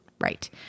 right